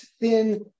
thin